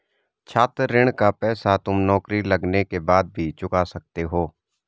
छात्र ऋण का पैसा तुम नौकरी लगने के बाद भी चुका सकते हो